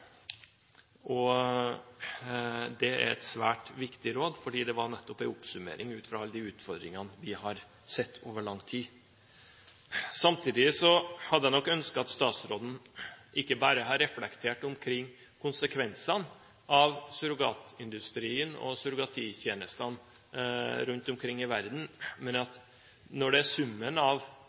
utenriksstasjonene. Det er et svært viktig råd, fordi det nettopp er en oppsummering ut fra alle de utfordringene vi har sett over lang tid. Samtidig hadde jeg nok ønsket at statsråden ikke bare hadde reflektert omkring konsekvensene av surrogatindustrien og surrogattjenestene rundt omkring i verden. Når det er en internasjonal utfordring, er det nettopp summen av